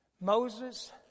Moses